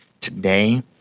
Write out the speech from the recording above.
today